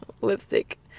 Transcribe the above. lipstick